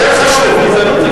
לא חשוב הגדרת השטחים.